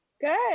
Good